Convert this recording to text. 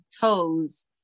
toes